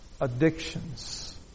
addictions